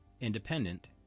independent